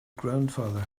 grandfather